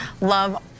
love